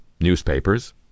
newspapers